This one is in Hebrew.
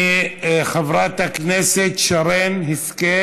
חברת הכנסת שרן השכל